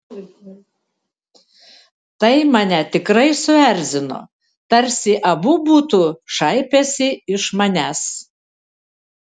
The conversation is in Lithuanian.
tai mane tikrai suerzino tarsi abu būtų šaipęsi iš manęs